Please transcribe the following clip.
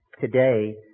today